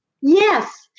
Yes